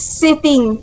sitting